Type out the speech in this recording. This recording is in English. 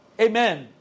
amen